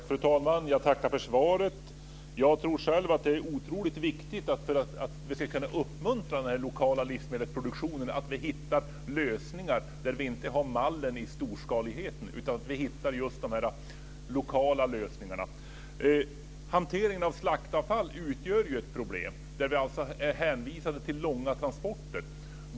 Fru talman! Jag tackar för svaret. Jag tror själv att det är otroligt viktigt att vi för att kunna uppmuntra den lokala livsmedelsproduktionen hittar lösningar där vi inte har mallen för storskaligheten, utan just de lokala lösningarna. Hanteringen av slaktavfall utgör ett problem, där man alltså är hänvisad till långa transporter.